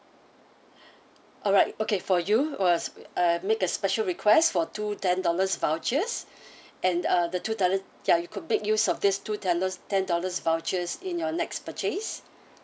alright okay for you I make a special request for two ten dollars vouchers and uh the two ya you could make use of these two dollars ten dollars vouchers in your next purchase